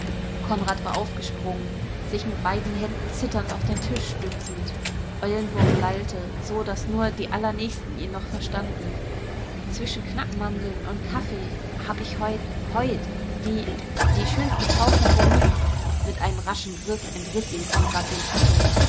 konrad war aufgesprungen sich mit beiden händen zitternd auf den tisch stützend eulenburg lallte so daß nur die allernächsten ihn noch verstanden zwischen knackmandeln und und kaffee hab ich heut heut die die schönste frau von berlin mit einem raschen griff entriß ihm konrad den zettel